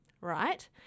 right